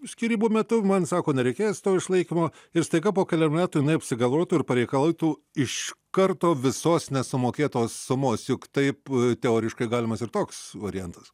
skyrybų metu man sako nereikės to išlaikymo ir staiga po kelerių metų jinai apsigalvotų ir pareikalautų iš karto visos nesumokėtos sumos juk taip teoriškai galimas ir toks variantas